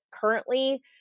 currently